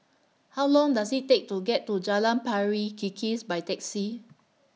How Long Does IT Take to get to Jalan Pari Kikis By Taxi